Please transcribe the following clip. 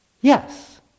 Yes